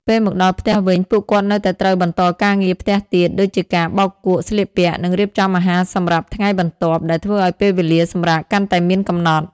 ពេលមកដល់ផ្ទះវិញ ពួកគាត់នៅតែត្រូវបន្តការងារផ្ទះទៀត ដូចជាការបោកគក់ ស្លៀកពាក់ និងរៀបចំអាហារសម្រាប់ថ្ងៃបន្ទាប់ ដែលធ្វើឱ្យពេលវេលាសម្រាកកាន់តែមានកំណត់។